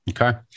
Okay